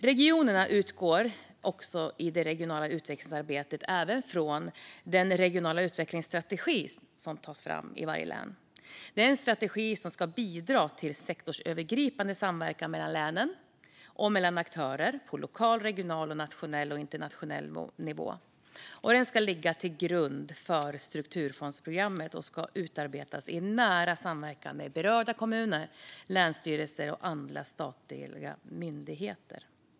Regionerna utgår i det regionala utvecklingsarbetet även från den regionala utvecklingsstrategi som tas fram i varje län. Det är en strategi som ska bidra till sektorsövergripande samverkan mellan länen och mellan aktörer på lokal, regional, nationell och internationell nivå. Den ska ligga till grund för strukturfondsprogrammet och ska utarbetas i nära samverkan med berörda kommuner, länsstyrelser och andra statliga myndigheter.